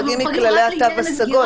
הם לא מוחרגים מכללי התו הסגול,